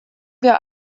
wir